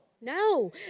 No